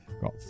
got